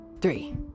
three